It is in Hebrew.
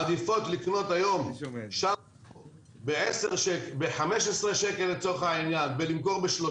מעדיפות לקנות היום שמפו ב-15 שקלים ולמכור ב-30